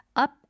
up